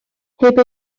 heb